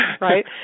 right